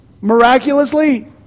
Miraculously